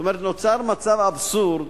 זאת אומרת, נוצב מצב אבסורדי